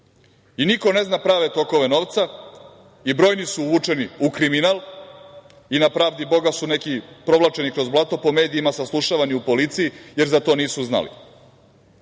Niko ne zna prave tokove novca i brojni su uvučeni u kriminal i na pravdi Boga su neki provlačeni kroz blato po medijima, saslušavani u policiji, jer za to nisu znali.